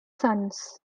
suns